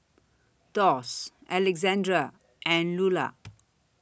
Doss Alexandre and Lulla